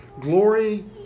Glory